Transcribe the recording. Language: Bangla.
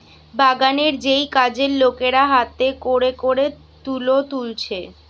বাগানের যেই কাজের লোকেরা হাতে কোরে কোরে তুলো তুলছে